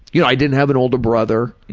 you know, i didn't have an older brother,